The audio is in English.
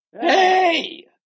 Hey